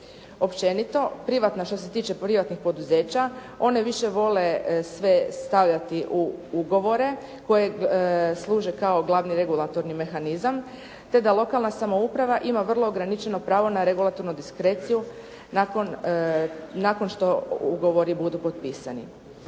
Općenito što se tiče privatnih poduzeća oni više vole sve stavljati u ugovore koji služe kao glavni regulatorni mehanizam, te da lokalna samouprava ima vrlo ograničeno pravo na regulatornu diskreciju nakon što ugovori budu potpisani.